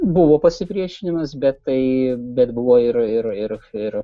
buvo pasipriešinimas bet tai bet buvo ir ir ir ir